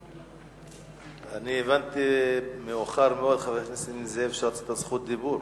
נסים זאב, הבנתי מאוחר מאוד שרצית זכות דיבור.